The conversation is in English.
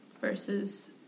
Versus